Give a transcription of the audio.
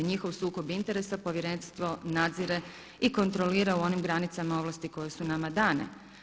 Njihov sukob interesa povjerenstvo nadzire i kontrolira u onim granicama ovlasti koje su nama dane.